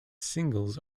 singles